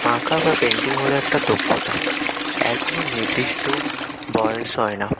আঁকা বা পেন্টিং হল একটা দক্ষতা এর কোনো নির্দিষ্ট বয়স হয় না